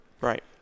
Right